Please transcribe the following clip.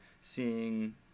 seeing